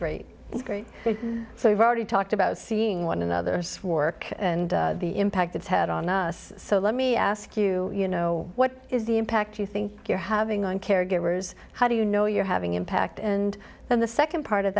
great so we've already talked about seeing one another's work and the impact it's had on us so let me ask you you know what is the impact you think you're having on caregivers how do you know you're having impact and then the second part of